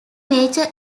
major